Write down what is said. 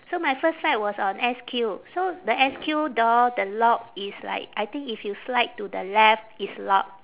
so my first flight was on S_Q so the S_Q door the lock it's like I think if you slide to the left it's locked